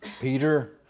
Peter